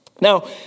Now